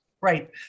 Right